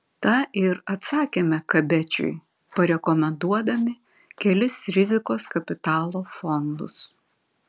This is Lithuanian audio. tą ir atsakėme kabečiui parekomenduodami kelis rizikos kapitalo fondus